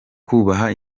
kubaha